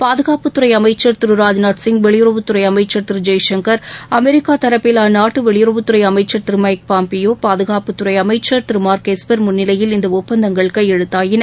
பாதுகாப்புத்துறை அமைச்சர் திரு ராஜ்நாத்சிங் வெளியுறவுத்துறை அமைச்சர் திரு ஜெய்சங்கர் அமெரிக்கா தரப்பில் அந்நாட்டு வெளியுறவுத்துறை அமைச்சர் திரு மைக்பாம்பியோ பாதுகாப்பு அமைச்சர் திரு மார்க் எஸ்பர் முன்னிலையில் இந்த ஒப்பந்தங்கள் கையெழுத்தாயின